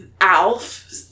Alf